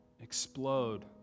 explode